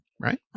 right